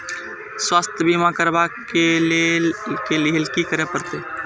स्वास्थ्य बीमा करबाब के लीये की करै परतै?